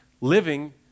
living